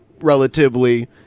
relatively